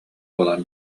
буолан